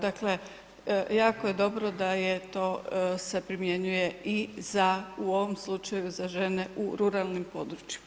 Dakle, jako je dobro da je to se primjenjuje i za u ovom slučaju za žene u ruralnim područjima.